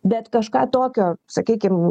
bet kažką tokio sakykim